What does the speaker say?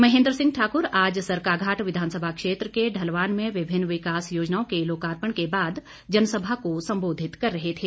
महेंद्र सिंह ठाक्र आज सरकाघाट विधानसभा क्षेत्र के ढलवान में विभिन्न विकास योजनाओं के लोकार्पण के बाद जनसभा को संबोधित कर रहे थे